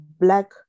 black